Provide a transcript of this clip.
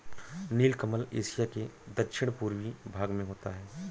नीलकमल Asia के दक्षिण पूर्वी भाग में होता है